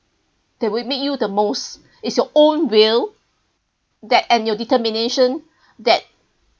that would make you the most is your own will that and your determination that